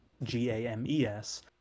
g-a-m-e-s